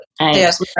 Yes